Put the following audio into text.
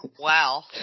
Wow